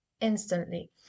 instantly